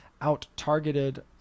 out-targeted